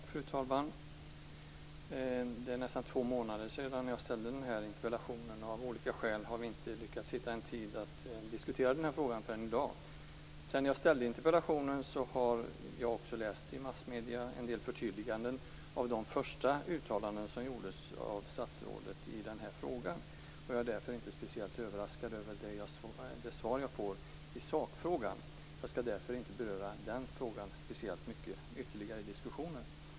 Fru talman! Det är nästan två månader sedan jag väckte interpellationen. Av olika skäl har vi inte lyckats hitta en tid att diskutera frågan förrän i dag. Sedan jag väckte interpellationen har jag i massmedierna läst en del förtydliganden av de första uttalandena som gjordes av statsrådet i den här frågan. Jag är därför inte speciellt överraskad över det svar jag har fått i sakfrågan. Jag skall därför inte beröra den frågan ytterligare i diskussionen.